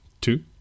two